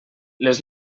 les